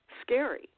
scary